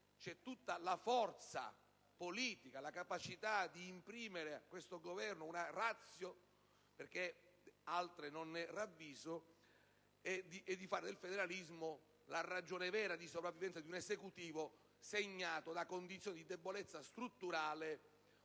c'è tutta la forza politica, la capacità di imprimere a questo Governo una *ratio*, poiché altre non ne ravviso: quella di fare il federalismo, che è la ragione vera di sopravvivenza di un Esecutivo segnato da condizioni di debolezza strutturale